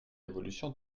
évolution